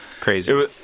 crazy